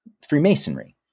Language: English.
Freemasonry